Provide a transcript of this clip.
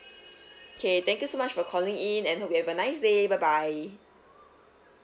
K thank you so much for calling in and hope you have a nice day bye bye